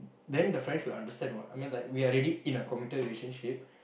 then the friend will understand what I mean we are already in a committed relationship